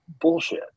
Bullshit